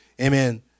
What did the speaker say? amen